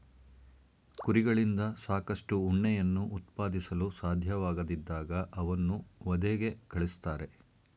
ಕುರಿಗಳಿಂದ ಸಾಕಷ್ಟು ಉಣ್ಣೆಯನ್ನು ಉತ್ಪಾದಿಸಲು ಸಾಧ್ಯವಾಗದಿದ್ದಾಗ ಅವನ್ನು ವಧೆಗೆ ಕಳಿಸ್ತಾರೆ